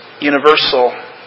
universal